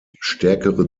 stärkere